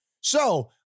So-